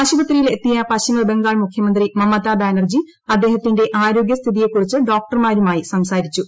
ആശുപത്രിയിൽ എത്തിയ പശ്ചിമബംഗാൾ മുഖ്യമന്ത്രി ബാനർജി അദ്ദേഹത്തിന്റെ മമതാ ആരോഗ്യസ്ഥിതിയെക്കുറിച്ച് ഡോക്ടർമാരുമായി സംസാരിച്ചു